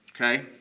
Okay